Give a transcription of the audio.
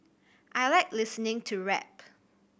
I like listening to rap